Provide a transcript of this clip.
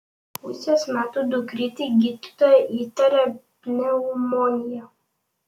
pusės metų dukrytei gydytoja įtaria pneumoniją